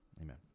amen